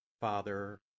Father